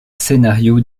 scénarios